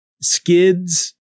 Skids